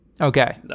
Okay